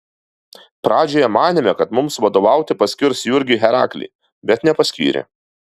pradžioje manėme kad mums vadovauti paskirs jurgį heraklį bet nepaskyrė